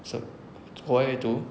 so 国外读